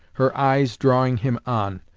her eyes drawing him on.